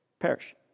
Perish